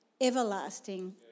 everlasting